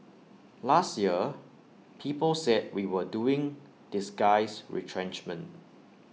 last year people said we were doing disguised retrenchment